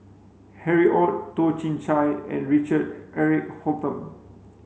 Harry Ord Toh Chin Chye and Richard Eric Holttum